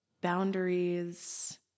boundaries